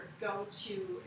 go-to